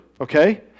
okay